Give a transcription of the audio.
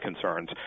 concerns